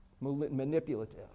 manipulative